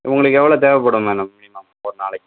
உங்களுக்கு எவ்வளோ தேவைப்படும் மேடம் மினிமம் ஒர் நாளைக்கு